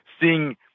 seeing